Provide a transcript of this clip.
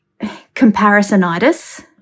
comparisonitis